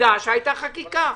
ועובדה שהייתה חקיקה.